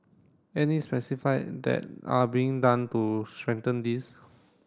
any specified that are being done to strengthen this